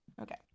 Okay